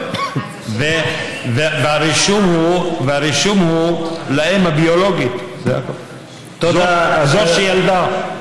והרישום הוא לאם הביולוגית, זה הכול, זו שילדה.